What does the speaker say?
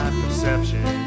perception